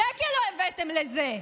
שקל לא הבאתם לזה.